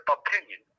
opinion